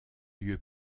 lieu